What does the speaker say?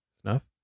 Snuff